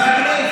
זה הכלי היחידי,